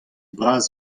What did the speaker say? bras